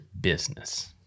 business